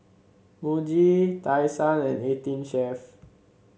Muji Tai Sun and Eighteen Chef